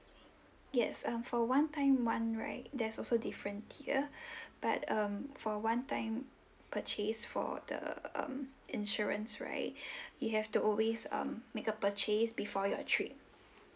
yes um for one time one right there's also different tier but um for one time purchase for the um insurance right you have to always um make a purchase before your trip